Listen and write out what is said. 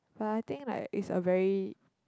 but I think like it's a very